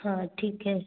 हाँ ठीक है